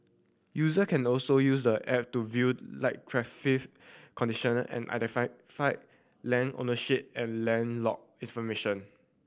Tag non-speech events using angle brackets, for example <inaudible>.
user can also use the app to viewed live traffic condition and identify <unintelligible> land ownership and land lot information